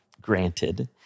granted